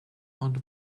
owned